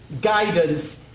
guidance